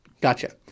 Gotcha